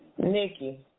Nikki